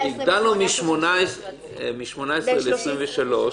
הגדלנו מ-18 ל-23.